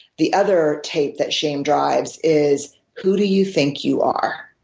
the other tape that shame drives is who do you think you are?